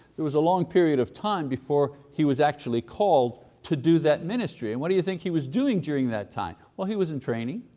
there was a long period of time before he was actually called to do that ministry. and what do you think he was doing during that time? time? well, he was in training.